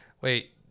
Wait